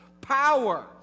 Power